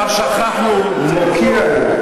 הוא מוקיע.